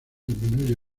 disminuye